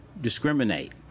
discriminate